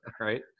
Right